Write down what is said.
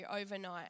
overnight